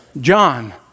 John